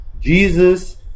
Jesus